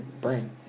brain